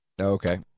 Okay